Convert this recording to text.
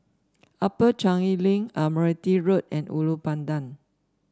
Upper Changi Link Admiralty Road and Ulu Pandan